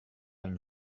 une